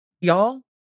Y'all